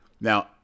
Now